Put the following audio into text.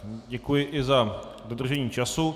Děkuji i za dodržení času.